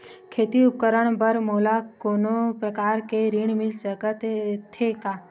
खेती उपकरण बर मोला कोनो प्रकार के ऋण मिल सकथे का?